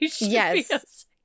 Yes